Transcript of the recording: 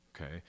okay